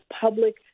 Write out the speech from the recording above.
public